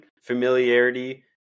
familiarity